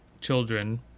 children